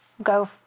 go